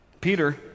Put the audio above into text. Peter